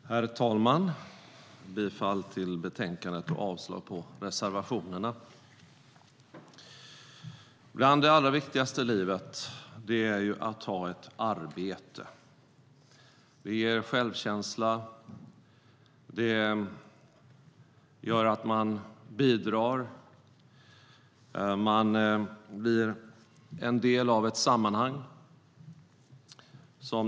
Herr talman! Jag yrkar bifall till utskottets förslag i betänkandet och avslag på reservationerna. Bland det allra viktigaste i livet är att ha ett arbete. Det ger självkänsla och gör att man bidrar, och man blir en del av ett sammanhang.